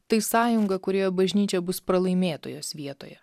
tai sąjunga kurioje bažnyčia bus pralaimėtojos vietoje